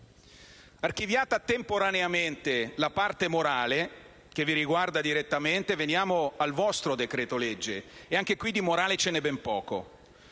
Archiviata temporaneamente la parte morale che vi riguarda direttamente, veniamo al vostro decreto-legge. Anche qui di morale ce n'é ben poca.